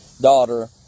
daughter